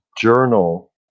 journal